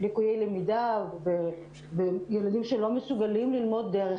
לקויי למידה וילדים שלא מסוגלים ללמוד דרך